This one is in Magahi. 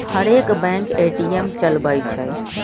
हरेक बैंक ए.टी.एम चलबइ छइ